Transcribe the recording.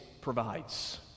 provides